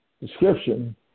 description